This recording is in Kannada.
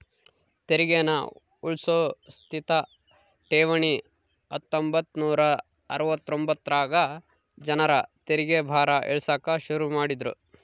ತೆರಿಗೇನ ಉಳ್ಸೋ ಸ್ಥಿತ ಠೇವಣಿ ಹತ್ತೊಂಬತ್ ನೂರಾ ಅರವತ್ತೊಂದರಾಗ ಜನರ ತೆರಿಗೆ ಭಾರ ಇಳಿಸಾಕ ಶುರು ಮಾಡಿದ್ರು